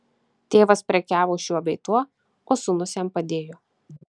tėvas prekiavo šiuo bei tuo o sūnus jam padėjo